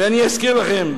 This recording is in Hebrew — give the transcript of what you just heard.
ואני אזכיר לכם.